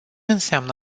înseamnă